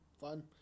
fun